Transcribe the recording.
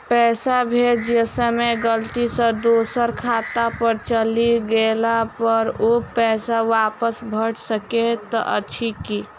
पैसा भेजय समय गलती सँ दोसर खाता पर चलि गेला पर ओ पैसा वापस भऽ सकैत अछि की?